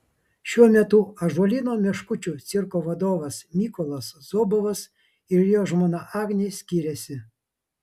šiuo metu ąžuolyno meškučių cirko vadovas mykolas zobovas ir jo žmona agnė skiriasi